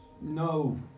No